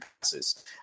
passes